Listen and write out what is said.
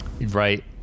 Right